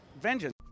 vengeance